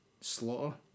Slaughter